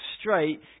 straight